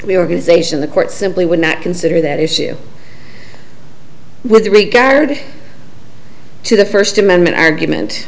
the organization the court simply would not consider that issue with regard to the first amendment argument